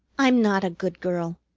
i'm not a good girl,